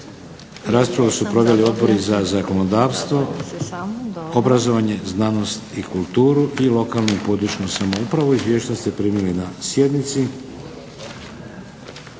Raspravu su proveli odbori za zakonodavstvo, obrazovanje, znanost i kulturu i lokalnu i područnu samoupravu. Izvješća ste primili na sjednici.